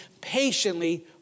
patiently